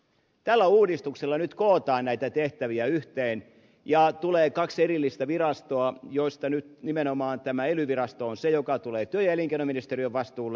tällä uudistuksella nyt kootaan näitä tehtäviä yhteen ja tulee kaksi erillistä virastoa joista nyt nimenomaan tämä ely virasto on se joka tulee työ ja elinkeinoministeriön vastuulle